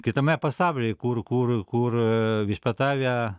kitame pasaulyje kur kur kur viešpatauja